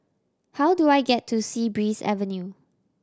how do I get to Sea Breeze Avenue